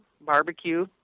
barbecue